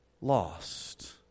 lost